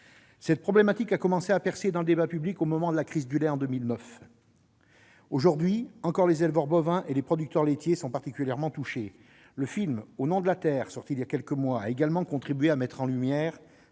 Cette problématique a commencé à percer dans le débat public au moment de la crise du lait en 2009. Aujourd'hui encore, les éleveurs bovins et les producteurs laitiers sont particulièrement touchés. Le film, sorti il y a quelques mois, a également contribué à mettre en lumière